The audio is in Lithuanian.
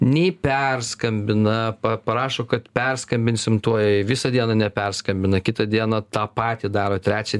nei perskambina pa parašo kad perskambinsim tuoj visą dieną neperskambina kitą dieną tą patį daro trečią